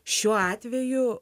šiuo atveju